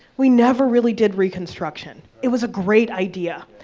we never really did reconstruction. it was a great idea,